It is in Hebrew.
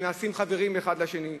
שנעשים בה חברים אחד לשני.